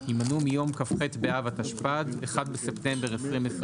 יימנו מיום כ"ח באב התשפ"ד (1 בספטמבר 2024),